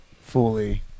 fully